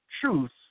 truth